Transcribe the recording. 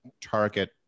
target